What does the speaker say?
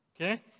Okay